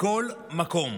בכל מקום.